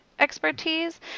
expertise